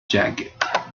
jacket